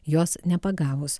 jos nepagavus